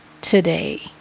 today